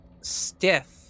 stiff